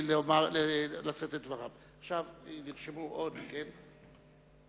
הכנסת ויוכלו לנהל את ישיבות הכנסת כאשר יתבקשו לעשות כן על-ידי.